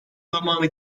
zamanı